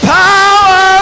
power